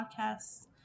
podcasts